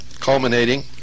culminating